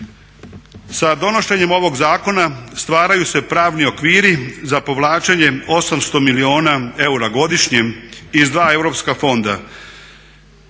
Sa donošenjem ovog zakona stvaraju se pravni okviri za povlačenjem 800 milijuna eura godišnjem iz dva europska fonda,